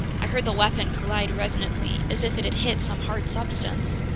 i heard the weapon collide resonantly, as if it had hit some hard substance.